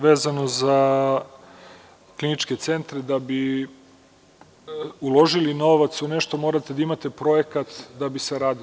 Vezano za kliničke centre, da bi uložili novac u nešto, morate da imate projekat da bi se radio.